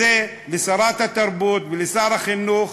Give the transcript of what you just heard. שרת התרבות ושר החינוך,